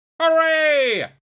Hooray